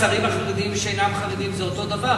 השרים החרדים ושאינם חרדים זה אותו דבר,